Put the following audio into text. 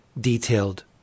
detailed